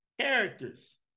characters